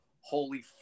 holy